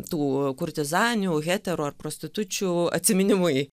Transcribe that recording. tų kurtizanių hetero ir prostitučių atsiminimui